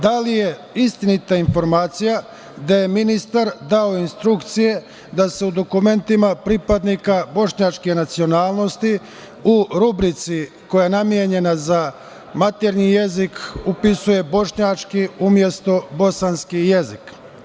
Da li je istinita informacija da je ministar dao instrukcije da se u dokumentima pripadnika bošnjačke nacionalnosti u rubrici koja je namenjena za maternji jezik upisuje bošnjački, umesto bosanski jezik?